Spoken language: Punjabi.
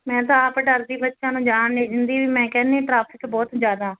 ਮੈਂ ਤਾਂ ਆਪ ਡਰਦੀ ਬੱਚਿਆਂ ਨੂੰ ਜਾਣ ਨਹੀਂ ਦਿੰਦੀ ਮੈਂ ਕਹਿੰਦੀ ਟ੍ਰਾਫਿਕ ਬਹੁਤ ਜਿਆਦਾ